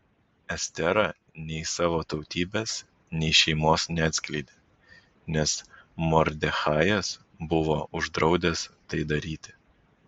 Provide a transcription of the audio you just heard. estera nei savo tautybės nei šeimos neatskleidė nes mordechajas buvo uždraudęs tai daryti